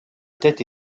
tête